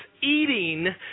eating